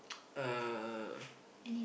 uh